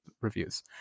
reviews